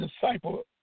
disciple